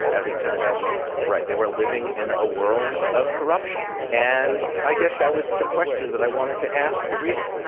as it turned out later right. they were living in a world of corruption. and i guess that was the question that i wanted to ask the reader.